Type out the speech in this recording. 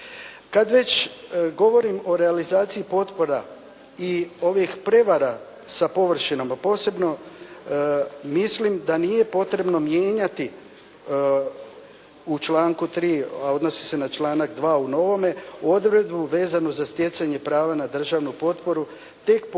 Kad već govorim o realizaciji potpora i ovih prevara sa površinama posebno mislim da nije potrebno mijenjati u članku 3. a odnosi se na članak 2. u novome odredbu vezano za stjecanje prava na državnu potporu tek po